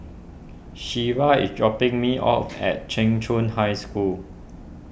Shelba is dropping me off at Cheng Chung High School